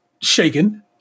shaken